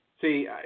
See